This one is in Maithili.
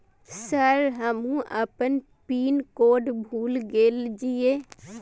सर हमू अपना पीन कोड भूल गेल जीये?